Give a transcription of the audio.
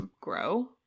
grow